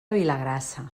vilagrassa